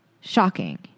shocking